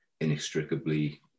inextricably